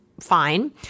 fine